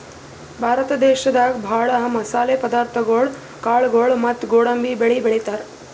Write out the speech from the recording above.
ಭಾರತ ದೇಶದಾಗ ಭಾಳ್ ಮಸಾಲೆ ಪದಾರ್ಥಗೊಳು ಕಾಳ್ಗೋಳು ಮತ್ತ್ ಗೋಡಂಬಿ ಬೆಳಿ ಬೆಳಿತಾರ್